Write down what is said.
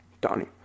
Donnie